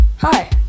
Hi